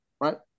right